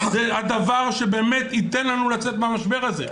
זה הדבר שבאמת יאפשר לנו לצאת מהמשבר הזה.